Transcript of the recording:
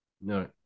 No